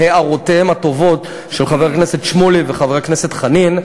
והערותיהם הטובות של חבר הכנסת שמולי וחבר הכנסת חנין,